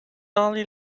only